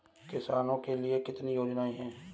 किसानों के लिए कितनी योजनाएं हैं?